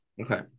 Okay